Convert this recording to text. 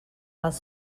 els